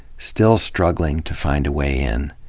still struggling to find a way in,